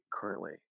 currently